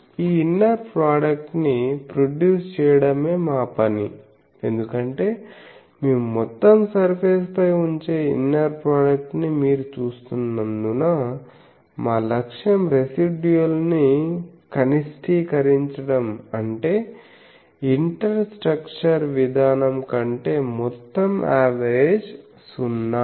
ఈ inner product ని produce చేయడమే మా పని ఎందుకంటే మేము మొత్తం సర్ఫేస్ పై ఉంచే ఇన్నర్ ప్రోడక్ట్ ని మీరు చూస్తున్నందున మా లక్ష్యం రెసిడ్యుయల్ ను కనిష్టీకరించడం అంటే ఇంటర్ స్ట్రక్చర్ విధానం కంటే మొత్తం అవేరేజ్ సున్నా